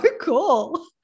cool